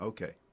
Okay